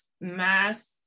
mass